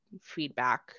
feedback